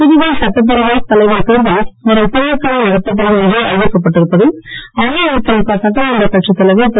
புதுவை சட்டப்பேரவை தலைவர் தேர்தல் வரும் திங்கட்கிழமை நடத்தப்படும் என்று அறிவிக்கப்பட்டு இருப்பதை அஇஅதிமுக சட்டமன்றக் கட்சித் தலைவர் திரு